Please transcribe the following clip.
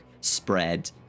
spread